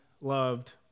loved